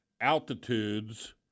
Altitudes –